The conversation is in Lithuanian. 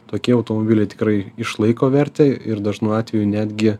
tokie automobiliai tikrai išlaiko vertę ir dažnu atveju netgi